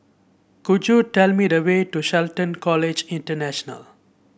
could you tell me the way to Shelton College International